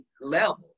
level